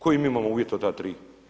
Koje mi imamo uvjete od ta tri?